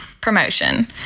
promotion